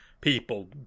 people